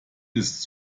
ist